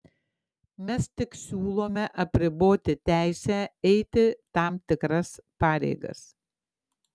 mes tik siūlome apriboti teisę eiti tam tikras pareigas